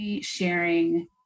sharing